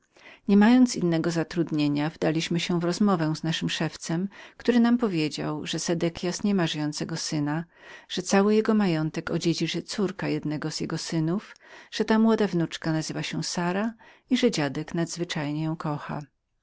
nie mając innego zatrudnienia wdaliśmy się w rozmowę z naszym szewcem który nam powiedział że sedekias nie miał żyjącego syna że cały jego majątek spadał na córkę jednego z jego synów że ta młoda wnuczka nazywała się sara i że dziadek nadzwyczajnie ją kochał